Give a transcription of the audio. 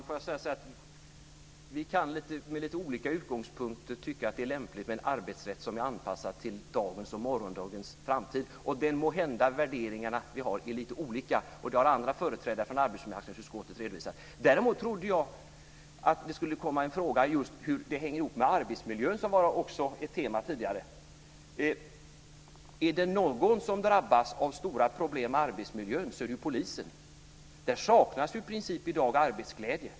Fru talman! Vi kan med lite olika utgångspunkter tycka att det är lämpligt med en arbetsrätt som är anpassad till dagens och morgondagens läge och till framtiden. Det må vara hänt att värderingarna vi har är lite olika. Det har andra företrädare från arbetsmarknadsutskottet redovisat. Däremot trodde jag att det skulle komma en fråga just om hur det här hänger ihop med arbetsmiljön, som också var ett tema tidigare. Är det någon som drabbas av stora problem i arbetsmiljön så är det polisen. Där saknas i princip i dag arbetsglädje.